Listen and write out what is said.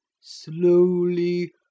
slowly